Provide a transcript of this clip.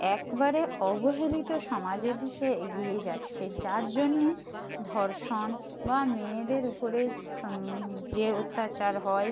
একবারে অবহেলিত সমাজের দিকে এগিয়ে যাচ্ছে যার জন্যে ধর্ষণ বা মেয়েদের উপরে যে অত্যাচার হয়